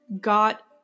got